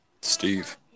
Steve